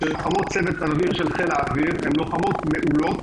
שלוחמות צוות האוויר של חיל האוויר הן לוחמות מעולות.